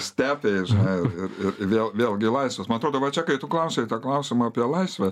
stepėje žinai ir ir vėl vėlgi laisvas man atrodo va čia kai tu klausei tą klausimą apie laisvę